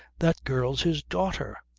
that girl's his daughter.